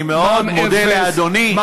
אני מאוד מודה לאדוני.